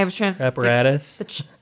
apparatus